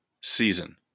season